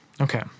Okay